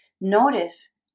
Notice